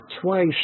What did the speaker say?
twice